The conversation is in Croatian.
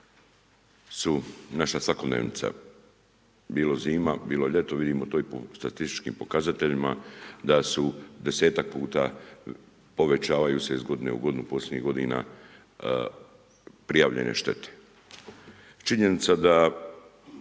naša svakodnevica, bilo zima, bilo ljeto, vidimo to i po statističkim pokazateljima da desetak puta povećavaju se iz godine u godinu posljednjih godina prijavljene štete. Činjenica je